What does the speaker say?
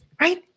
Right